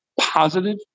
positive